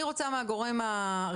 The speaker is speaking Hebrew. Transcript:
אני רוצה תשובה מן הגורם הרלוונטי,